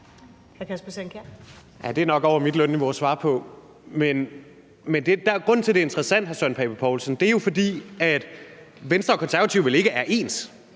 Det er nok over mit lønniveau at svare på. Men grunden til, at det er interessant, hr. Søren Pape Poulsen, er jo, at Venstre og Konservative vel ikke er ens.